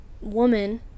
woman